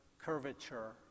curvature